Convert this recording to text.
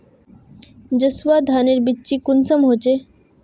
जसवा धानेर बिच्ची कुंसम होचए?